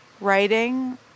writing